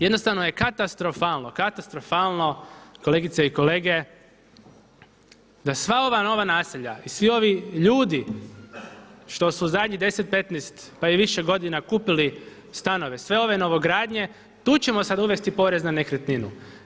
Jednostavno je katastrofalno, katastrofalno kolegice i kolege da sva ova nova naselja i svi ovi ljudi što su zadnjih 10, 15, pa i više godina kupili stanove sve ove novogradnje, tu ćemo sada uvesti porez na nekretninu.